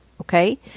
Okay